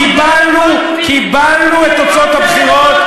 קיבלנו את תוצאות הבחירות.